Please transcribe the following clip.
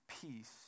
peace